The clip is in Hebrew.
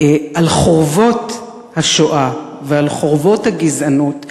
על חורבות השואה ועל חורבות הגזענות.